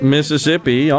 Mississippi